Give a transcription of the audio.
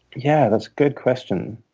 yeah, that's a good question.